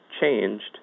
changed